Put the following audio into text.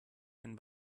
einen